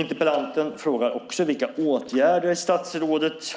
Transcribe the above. Interpellanten frågar också vilka åtgärder statsrådet